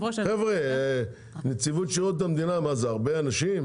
חבר'ה, נציבות שירות המדינה, מה, זה הרבה אנשים?